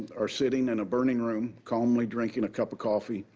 are sitting in a burning room, calmly drinking a cup of coffee,